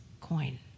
coin